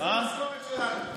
על זה המשכורת שלנו.